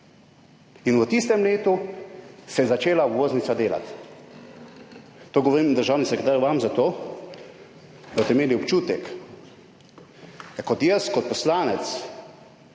In v tistem letu se je začela obvoznica delati. To vam govorim, državni sekretar, zato, da boste imeli občutek, da če bom jaz kot poslanec